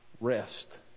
rest